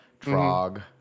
trog